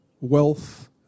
wealth